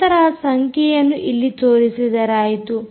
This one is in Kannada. ನಂತರ ಆ ಸಂಖ್ಯೆಯನ್ನು ಇಲ್ಲಿ ತೋರಿಸಿದರಾಯಿತು